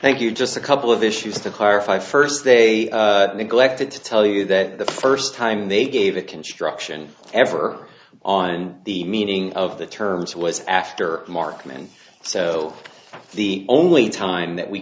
thank you just a couple of issues to clarify first they neglected to tell you that the first time they gave a construction ever on the meaning of the terms was after mark meant so the only time that we